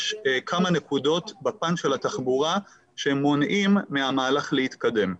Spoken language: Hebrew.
יש כמה נקודות בפן של התחבורה שמונעים מהמהלך להתקדם.